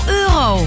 euro